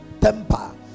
temper